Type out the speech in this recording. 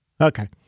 Okay